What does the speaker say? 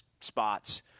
spots